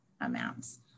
amounts